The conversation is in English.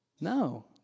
No